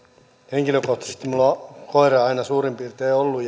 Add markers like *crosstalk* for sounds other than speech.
henkilökohtaisesti on koira suurin piirtein aina ollut *unintelligible*